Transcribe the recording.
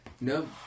No